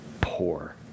poor